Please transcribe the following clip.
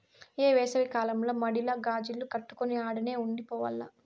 ఈ ఏసవి కాలంల మడిల గాజిల్లు కట్టుకొని ఆడనే ఉండి పోవాల్ల